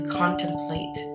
contemplate